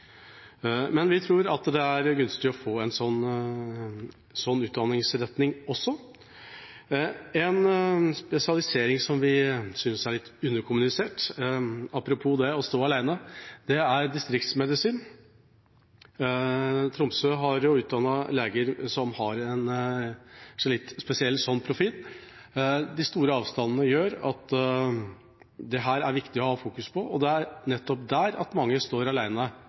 men vi tror det er gunstig å få en sånn utdanningsretning også. En spesialisering vi synes er litt underkommunisert – apropos det å stå alene – er distriktsmedisin. Tromsø har utdannet leger som har en slik spesiell profil. De store avstandene gjør at det er viktig å fokusere på det. Det er nettopp der mange står